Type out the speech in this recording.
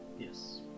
Yes